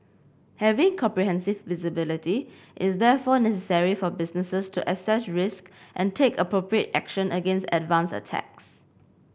having comprehensive visibility is therefore necessary for businesses to assess risks and take appropriate action against advanced attacks